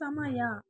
ಸಮಯ